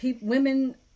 women